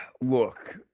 Look